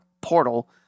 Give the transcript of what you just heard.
portal